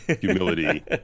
humility